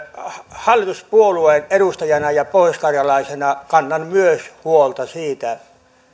hallituspuolueen edustajana ja pohjoiskarjalaisena kannan myös huolta siitä